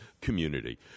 community